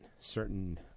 certain